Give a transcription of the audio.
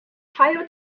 higher